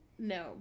No